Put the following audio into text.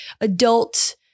adult